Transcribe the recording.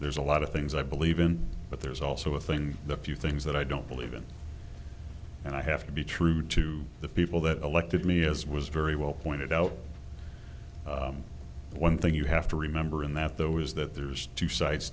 there's a lot of things i believe in but there's also a thing the few things that i don't believe in and i have to be true to the people that elected me as was very well pointed out one thing you have to remember in that though is that there's two sides